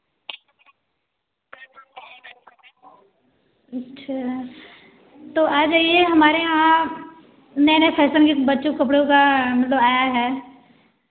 अच्छा तो आ जाइए हमारे यहाँ नए नए फैशन के बच्चों के कपड़े का मतलब आया है